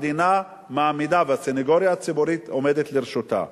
המדינה מעמידה והסניגוריה הציבורית עומדת לרשותם.